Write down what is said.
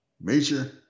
Major